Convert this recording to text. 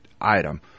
item